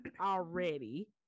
already